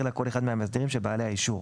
לה כל אחד מהמאסדרים של בעלי האישור.